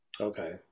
Okay